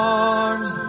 arms